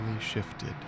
shifted